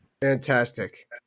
Fantastic